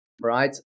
right